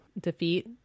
defeat